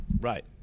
Right